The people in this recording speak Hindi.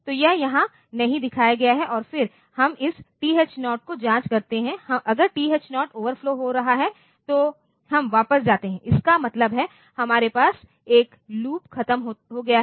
तो यह यहाँ नहीं दिखाया गया है और फिर हम इस TH0 की जाँच करते हैं अगर TH0 ओवरफ्लो हो रहा है तो हम वापस जाते हैं इसका मतलब है हमारे पास 1 लूप खत्म हो गया है